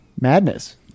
madness